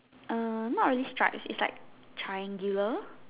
err not really stripes it like triangular